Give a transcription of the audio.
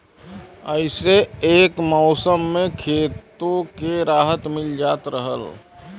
इह्से एक मउसम मे खेतो के राहत मिल जात रहल